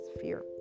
fear